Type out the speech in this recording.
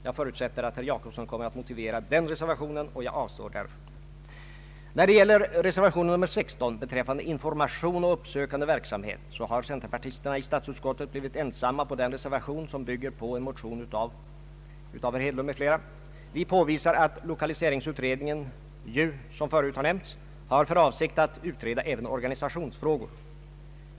Jag förutsätter att herr Jacobsson kommer att motivera den reservationen och avstår därför. När det gäller reservation 16 beträffande information och uppsökande verksamhet har centerpartisterna i statsutskottet blivit ensamma på den reservation, som bygger på en motion av herr Hedlund m.fl. Vi påvisar att lokaliseringsutredningen ju som förut har nämnts har för avsikt att utreda även organisationsfrågor.